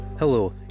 Hello